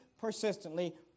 persistently